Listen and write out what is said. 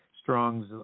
Strong's